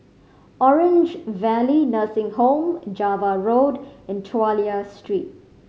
Orange Valley Nursing Home Java Road and Chulia Street